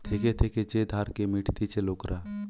থেকে থেকে যে ধারকে মিটতিছে লোকরা